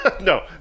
No